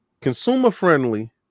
consumer-friendly